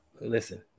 Listen